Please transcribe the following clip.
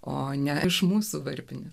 o ne iš mūsų varpinės